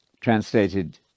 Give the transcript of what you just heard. translated